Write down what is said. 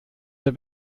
der